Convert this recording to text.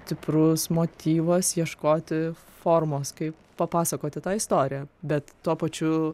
stiprus motyvas ieškoti formos kaip papasakoti tą istoriją bet tuo pačiu